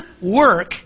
work